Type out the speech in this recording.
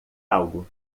algo